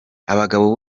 abagabo